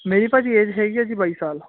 ਮੇਰੀ ਭਾਅ ਜੀ ਏਜ ਹੈਗੀ ਐ ਜੀ ਬਾਈ ਸਾਲ